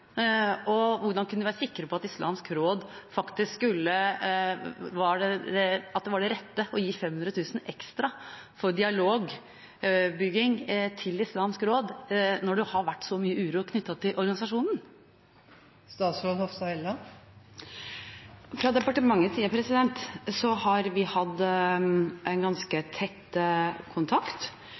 at det var rett å gi Islamsk Råd Norge 500 000 kr ekstra til dialog og brobygging når det har vært så mye uro knyttet til organisasjonen? Fra departementets side har vi hatt en ganske tett kontakt